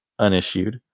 unissued